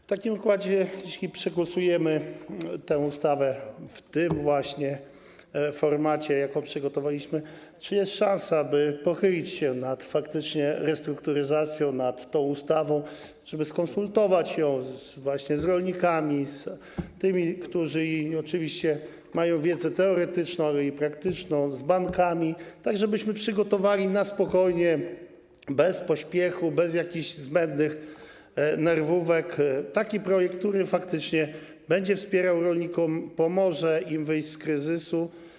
W takim razie, jeśli przegłosujemy tę ustawę w tym właśnie formacie, jaki przygotowaliśmy, czy jest szansa, by pochylić się nad faktyczną restrukturyzacją, nad tą ustawą, żeby skonsultować ją właśnie z rolnikami - z tymi, którzy mają oczywiście wiedzę teoretyczną, ale i praktyczną - oraz z bankami, tak żebyśmy przygotowali na spokojnie, bez pośpiechu, bez jakichś zbędnych nerwówek taki projekt, który faktycznie będzie wspierał rolników, pomoże im wyjść z kryzysu?